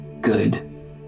good